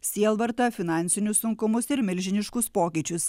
sielvartą finansinius sunkumus ir milžiniškus pokyčius